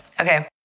Okay